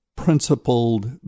principled